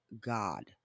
God